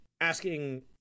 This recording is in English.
asking